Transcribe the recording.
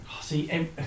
See